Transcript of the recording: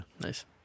Nice